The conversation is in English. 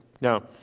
Now